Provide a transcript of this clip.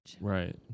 right